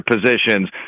positions